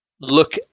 Look